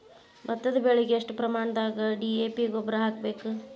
ಭತ್ತದ ಬೆಳಿಗೆ ಎಷ್ಟ ಪ್ರಮಾಣದಾಗ ಡಿ.ಎ.ಪಿ ಗೊಬ್ಬರ ಹಾಕ್ಬೇಕ?